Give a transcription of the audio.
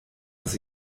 was